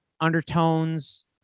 undertones